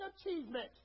achievement